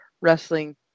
wrestling